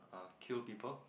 uh kill people